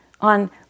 on